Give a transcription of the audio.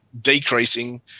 decreasing